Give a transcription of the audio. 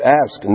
ask